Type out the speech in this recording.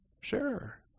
Sure